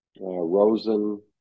Rosen